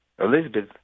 Elizabeth